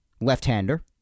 left-hander